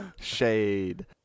Shade